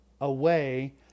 Away